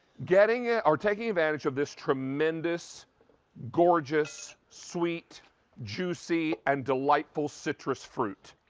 getting ah or taking advantage of this tremendous gorgeous sweet juicy and delightful citrus fruit.